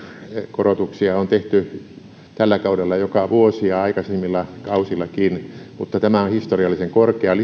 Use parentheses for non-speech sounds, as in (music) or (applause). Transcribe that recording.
korotuksia on tehty tällä kaudella joka vuosi ja aikaisemmilla kausillakin mutta tämä on historiallisen korkea (unintelligible)